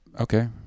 okay